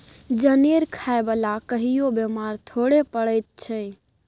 जनेर खाय बला कहियो बेमार थोड़े पड़ैत छै